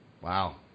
Wow